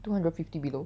two hundred fifty below